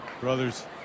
brothers